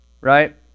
right